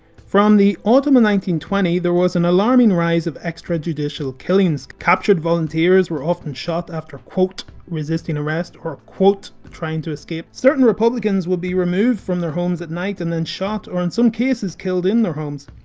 from the autumn of one twenty there was an alarming rise of extra-judicial killing. captured volunteers were often shot after quote resisting arrest or quote trying to escape. certain republicans would be removed from their homes at night and then shot, or in some cases killed in their homes.